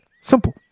Simple